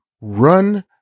run